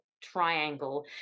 triangle